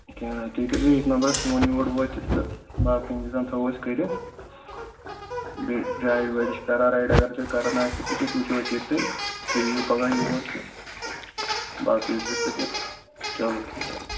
کیٚنہہ نہ حظ تُہۍ کٔرۍزیو ییٚتھۍ نمبرَس فون یور وٲتِتھ تہٕ باقٕے اِنتظام تھاوَو أسۍ کٔرِتھ بیٚیہِ رایِڈ وایِڈ شِکارا رایِڈ اگر تۄہہِ کَرٕنۍ آسِوٕ تہٕ سُہ تہِ وٕچھو أسۍ ییٚتھٕے تُہۍ یِیِو پگاہ یور تہٕ باقٕے وٕچھو أسۍ پَتہٕ ییٚتہِ چلو ٹھیٖک حظ چھِ